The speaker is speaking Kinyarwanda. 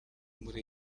muri